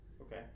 Okay